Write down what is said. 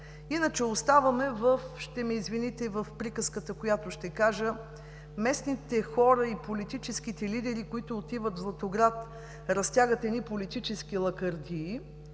Иначе, ще ме извините в приказката, която ще кажа, местните хора и политическите лидери, които отиват в Златоград, разтягат едни политически лакърдии,